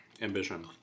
ambition